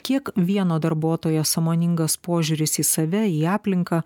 kiek vieno darbuotojo sąmoningas požiūris į save į aplinką